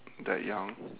that young